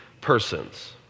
persons